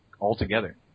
altogether